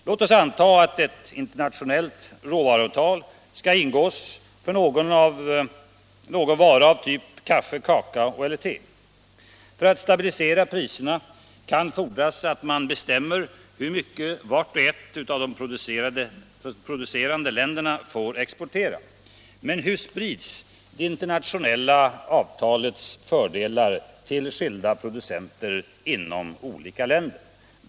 Låt oss anta att ett internationellt råvaruavtal skall ingås för någon vara av typ kaffe, kakao eller te. För att stabilisera priserna kan fordras att man bestämmer hur mycket vart och ett av de producerande länderna får exportera. Men hur sprids det internationella avtalets fördelar bland skilda producenter inom de olika länderna?